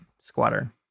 squatter